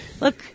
Look